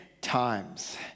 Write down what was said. Times